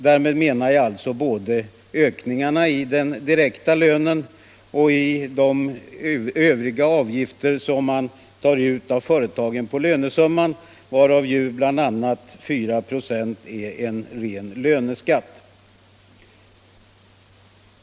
Därmed menar jag både direkta löneökningar och ökningar av de avgifter som man tar ut av företagen på lönesumman, bl.a. 4 procentenheter i ren löneskatt.